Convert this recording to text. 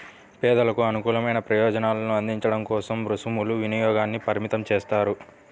పేదలకు అనుకూలమైన ప్రయోజనాలను అందించడం కోసం రుసుముల వినియోగాన్ని పరిమితం చేస్తారు